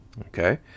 okay